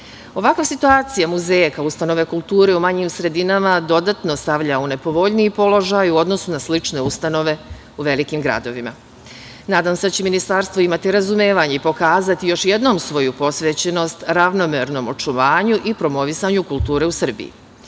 Ovakva situacija muzeja kao ustanova kulture u manjim sredinama dodatno stavlja u nepovoljniji položaj u odnosu na slične ustanove u velikim gradovima. Nadam se da će Ministarstvo imati razumevanja i pokazati još jednom svoju posvećenost ravnomernom očuvanju i promovisanju kulture u Srbiji. Mali